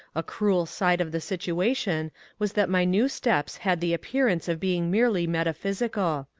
a cruel side of the situation was that my new steps had the appearance of being merely metaphysical.